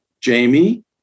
Jamie